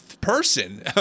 person